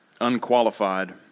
unqualified